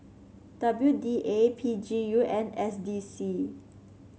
W D A P G U and S D C